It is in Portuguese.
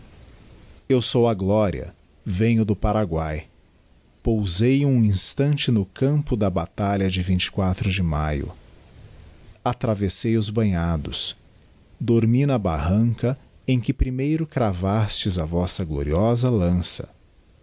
eu sou a gloria venho do paraguay pousei um instante no campo da batalha de de maio atravessei os banhados dormi na barranca em que primeiro cravastes a vossa gloriosa lança